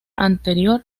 anterior